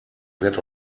wird